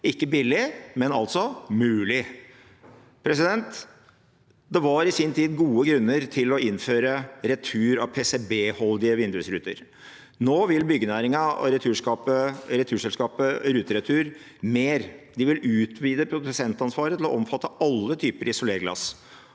ikke billig, men altså mulig. Det var i sin tid gode grunner til å innføre retur av PCB-holdige vindusruter. Nå vil byggenæringen og returselskapet Ruteretur mer. De vil utvide produsentansvaret til å omfatte alle typer isolerglass.